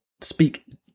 speak